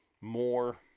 more